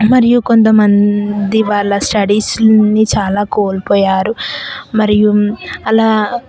మరియు కొంతమంది వాళ్ల స్టడీస్ని చాలా కోల్పోయారు మరియు అలా